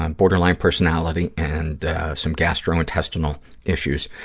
and borderline personality and some gastrointestinal issues,